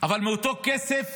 אבל מאותו כסף